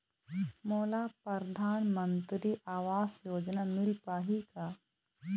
मोला परधानमंतरी आवास योजना मिल पाही का?